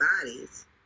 bodies